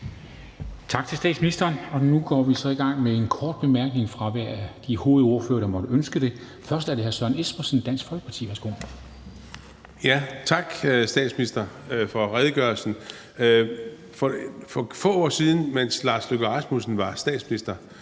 Tak til statsministeren. Nu går vi så i gang med en kort bemærkning fra hver af de hovedordførere, der måtte ønske det. Først er det hr. Søren Espersen, Dansk Folkeparti. Værsgo. Kl. 13:52 Søren Espersen (DF): Tak til statsministeren for redegørelsen. For få år siden, mens Lars Løkke Rasmussen var statsminister,